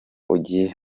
ugiye